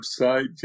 website